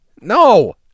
No